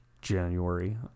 January